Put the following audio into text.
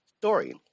story